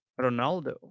Ronaldo